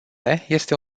este